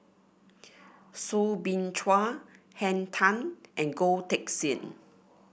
Soo Bin Chua Henn Tan and Goh Teck Sian